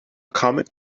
comet